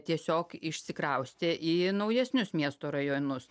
tiesiog išsikraustė į naujesnius miesto rajonus